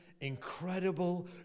incredible